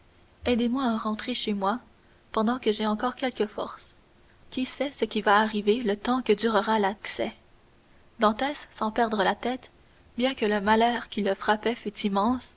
aidez-moi à rentrer chez moi pendant que j'ai encore quelques forces qui sait ce qui va arriver le temps que durera l'accès dantès sans perdre la tête bien que le malheur qui le frappait fût immense